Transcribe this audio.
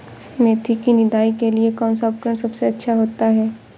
मेथी की निदाई के लिए कौन सा उपकरण सबसे अच्छा होता है?